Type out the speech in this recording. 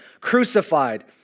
crucified